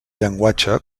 llenguatge